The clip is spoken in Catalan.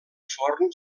forn